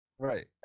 Right